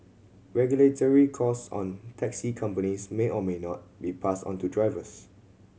regulatory costs on taxi companies may or may not be passed onto drivers